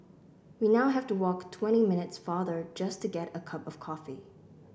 we now have to walk twenty minutes farther just to get a cup of coffee